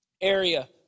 area